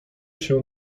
się